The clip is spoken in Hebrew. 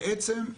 בעצם,